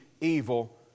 evil